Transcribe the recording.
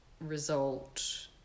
result